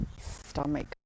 stomach